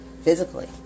physically